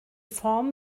form